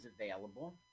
available